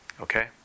Okay